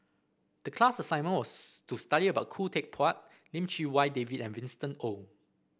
the class assignment was to study about Khoo Teck Puat Lim Chee Wai David and Winston Oh